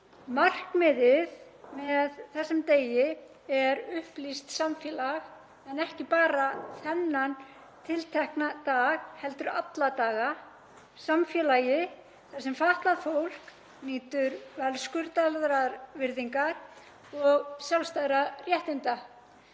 Markmiðið með þessum degi er upplýst samfélag, en ekki bara þennan tiltekna dag heldur alla daga, samfélag þar sem fatlað fólk nýtur verðskuldaðrar virðingar og sjálfstæðra réttinda.